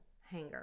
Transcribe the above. hanger